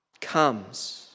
comes